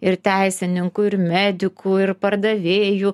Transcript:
ir teisininkų ir medikų ir pardavėjų